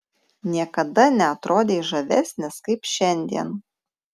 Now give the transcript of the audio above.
niekada neatrodei žavesnis kaip šiandien